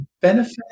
benefit